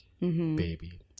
Baby